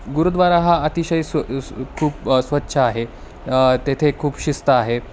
गुरुद्वारा हा अतिशय खूप स्वच्छ आहे तेथे खूप शिस्त आहे